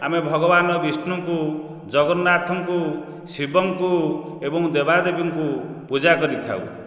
ଆମେ ଭଗବାନ ବିଷ୍ଣୁଙ୍କୁ ଜଗନ୍ନାଥଙ୍କୁ ଶିବଙ୍କୁ ଏବଂ ଦେବା ଦେବୀଙ୍କୁ ପୂଜା କରିଥାଉ